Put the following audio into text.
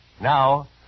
Now